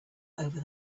over